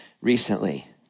recently